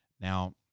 Now